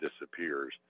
disappears